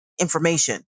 information